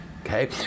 okay